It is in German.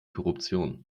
korruption